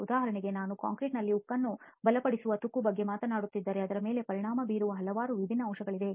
ಉದಾಹರಣೆಗೆ ನಾನು ಕಾಂಕ್ರೀಟ್ನಲ್ಲಿ ಉಕ್ಕನ್ನು ಬಲಪಡಿಸುವ ತುಕ್ಕು ಬಗ್ಗೆ ಮಾತನಾಡುತ್ತಿದ್ದರೆ ಅದರ ಮೇಲೆ ಪರಿಣಾಮ ಬೀರುವ ಹಲವಾರು ವಿಭಿನ್ನ ಅಂಶಗಳಿವೆ